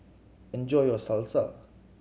enjoy your Salsa